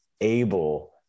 able